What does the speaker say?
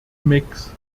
mix